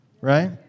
right